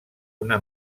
una